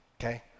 okay